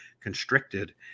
constricted